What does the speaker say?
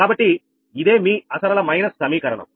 కాబట్టి ఇదేమీ అసరళమైన సమీకరణం